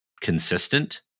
consistent